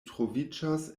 troviĝas